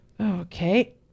Okay